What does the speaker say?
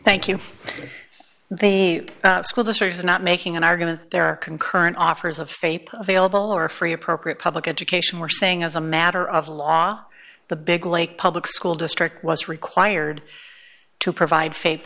thank you they school district is not making an argument there are concurrent offers of faith of vailable or free appropriate public education were saying as a matter of law the big lake public school district was required to provide faith